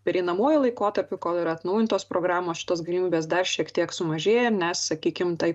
pereinamuoju laikotarpiu kol yra atnaujintos programos šitos galimybės dar šiek tiek sumažėja nes sakykim taip